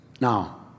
now